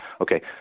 Okay